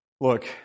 Look